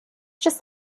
just